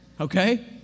Okay